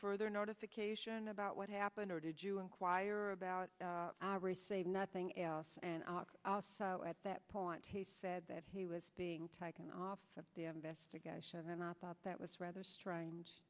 further notification about what happened or did you inquire about receive nothing else and out at that point he said that he was being taken off of the investigation and then i thought that was rather strange